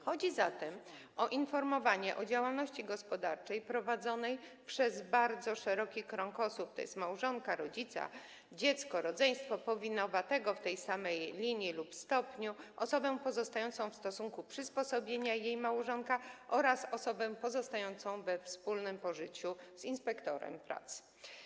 Chodzi zatem o informowanie o działalności gospodarczej prowadzonej przez bardzo szeroki krąg osób, tj. małżonka, rodzica, dziecko, rodzeństwo, powinowatego w tej samej linii lub stopniu, osobę pozostającą w stosunku przysposobienia i jej małżonka oraz osobę pozostającą we wspólnym pożyciu z inspektorem pracy.